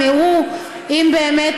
הם יראו אם באמת,